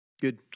Good